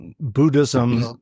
Buddhism